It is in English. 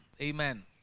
Amen